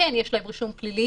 שכן יש להם רישום פלילי,